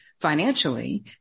financially